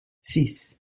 six